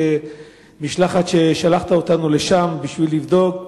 כמשלחת ששלחת אותנו לשם בשביל לבדוק,